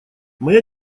моя